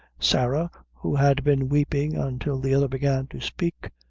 sarah, who had been weeping until the other began to speak,